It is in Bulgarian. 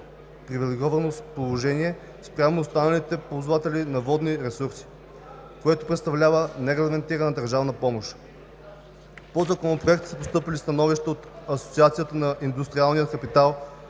привилегировано положение спрямо останалите ползватели на водни ресурси, което представлява нерегламентирана държавна помощ. По Законопроекта са постъпили становища от Асоциацията на индустриалния капитал,